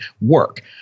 work